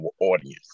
audience